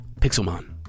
Pixelmon